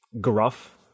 gruff